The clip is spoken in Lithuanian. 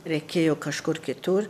reikėjo kažkur kitur